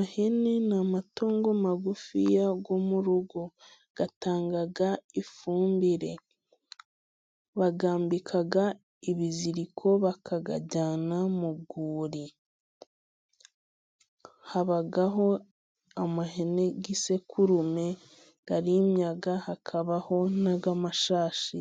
Ihene ni amatungo magufiya yo mu rugo. Atanga ifumbire, bayambika ibiziriko bakayajyana mu rwuri. Habaho ihene z'isekurume, zirimya. Hakabaho n'iz'amashashi